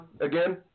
again